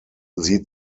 sie